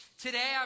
Today